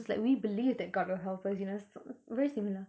it's like we believe that god will help us you know it's very similar